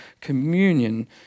communion